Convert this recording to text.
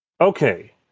Okay